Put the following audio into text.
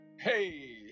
Hey